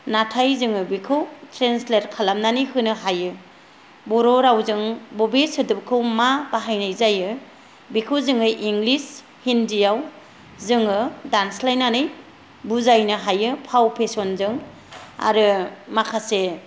नाथाय जोङो बेखौ ट्रेनसलेट खालामनानै होनो हायो बर' रावजों बबे सोदोबखौ मा बाहायनाय जायो बेखौ जोङो इंलिस हिन्दियाव जोङो दानस्लायनानै बुजायनो हायो फाव फेसनजों आरो माखासे